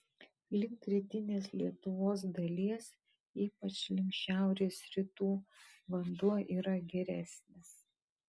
link rytinės lietuvos dalies ypač link šiaurės rytų vanduo yra geresnis